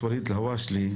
ואליד אל הואשלה,